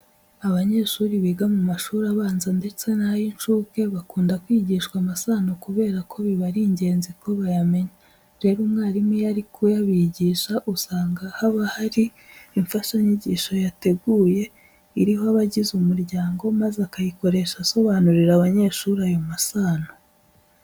Abanyeshuri biga mu mashuri abanze ndetse n'ay'incuke bakunda kwigishwa amasano kubera ko biba ari ingenzi ko bayamenya. Rero umwarimu iyo ari kuyabigisha usanga haba hari imfashanyigisho yateguye iriho abagize umuryango maze akayikoresha asobanurira abanyeshuri ayo masano.